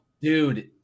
dude